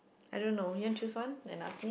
I don't know you want choose one and ask me